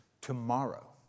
tomorrow